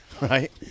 Right